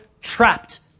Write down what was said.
trapped